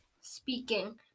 speaking